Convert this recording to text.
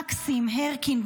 מקסים הרקין,